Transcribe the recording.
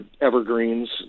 evergreens